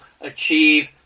achieve